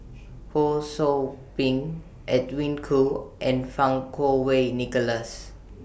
Ho SOU Ping Edwin Koo and Fang Kuo Wei Nicholas